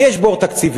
כי יש בור תקציבי,